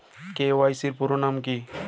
KYC এর পুরোনাম কী?